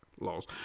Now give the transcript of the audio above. laws